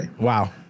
Wow